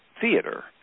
theater